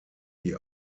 die